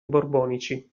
borbonici